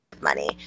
money